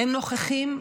הם נוכחים,